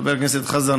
חבר הכנסת חזן,